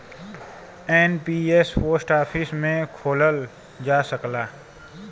NPS post office में खोलल जा सकला